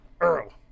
Earl